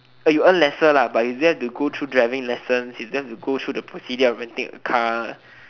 and you earn lesser lah but you don't have to go through driving lesson you don't have to go through the procedure of renting a car